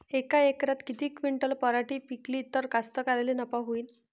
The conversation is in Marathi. यका एकरात किती क्विंटल पराटी पिकली त कास्तकाराइले नफा होईन?